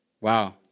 Wow